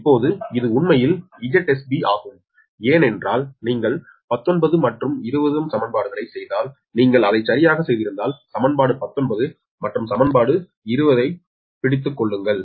இப்போது இது உண்மையில் 𝑍𝑠B ஆகும் ஏனென்றால் நீங்கள் 19 மற்றும் 20 சமன்பாடுகளைச் செய்தால் நீங்கள் அதைச் சரியாகச் செய்திருந்தால் சமன்பாடு 19 மற்றும் 20 ஐப் பிடித்துக் கொள்ளுங்கள்